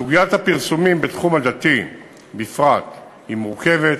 סוגיית הפרסומים בתחום הדתי בפרט היא מורכבת,